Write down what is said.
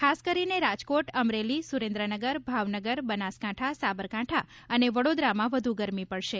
ખાસ કરીને રાજકોટ અમરેલી સુરેન્દ્રનગર ભાવનગરબનાસકાંઠા સાબરકાંઠા અને વડોદરામાં વધુ ગરમી પડશે